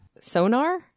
sonar